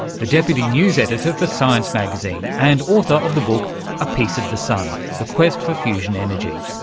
the deputy news editor for science magazine and author of the book a piece of the sun the quest for fusion energy.